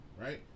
right